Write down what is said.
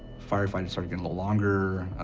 firefights started getting longer,